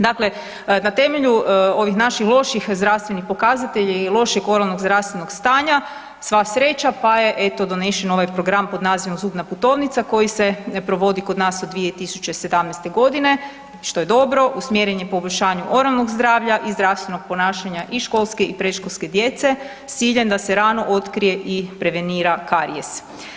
Dakle, na temelju ovih naših loših zdravstvenih pokazatelja i lošeg oralnog zdravstvenog stanja sva sreća pa je eto donesen ovaj program pod nazivom „zubna putovnica“ koji se provodi kod nas od 2017.g. i što je dobro, usmjeren je poboljšanju oralnog zdravlja i zdravstvenog ponašanja i školske i predškolske djece s ciljem da se rano otkrije i prevenira karijes.